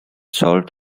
solved